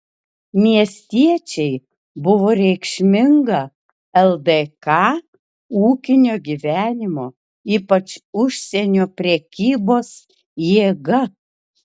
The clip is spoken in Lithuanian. miestiečiai buvo reikšminga ldk ūkinio gyvenimo ypač užsienio prekybos jėga